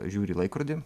žiūri į laikrodį